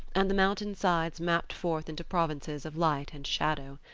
and the mountain-sides mapped forth into provinces of light and shadow.